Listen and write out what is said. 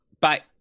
Bye